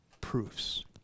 proofs